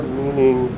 meaning